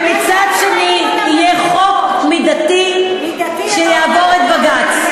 ומצד שני יהיה חוק מידתי, מידתי, שיעבור את בג"ץ.